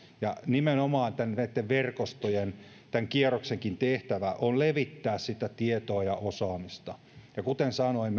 ja nimenomaan näitten verkostojen ja tämän kierroksenkin tehtävä on levittää sitä tietoa ja osaamista ja kuten sanoin